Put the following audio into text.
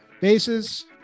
Bases